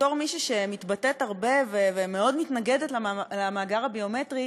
בתור מי שמתבטאת הרבה ומאוד מתנגדת למאגר הביומטרי,